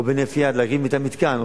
או בהינף יד להרים את המתקן,